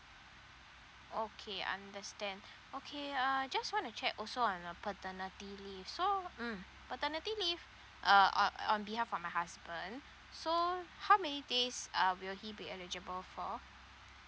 okay understand okay uh just want to check also on a paternity leave so mm paternity leave uh on uh on behalf of my husband so how many days uh will he be eligible for